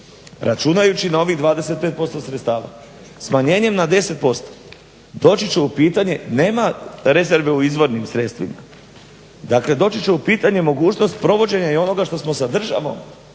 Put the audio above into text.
računajući na ovih 25% sredstava. Smanjenjem na 10% doći će u pitanje, nema rezerve u izvornim sredstvima, dakle doći će u pitanje mogućnost provođenja i onoga što smo sa državom,